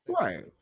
Right